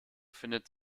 findet